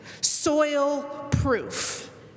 soil-proof